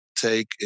take